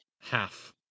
Half